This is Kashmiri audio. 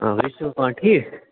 آ بیٚیہِ چھِوٕ پانہٕ ٹھیٖک